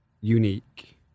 unique